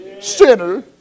sinner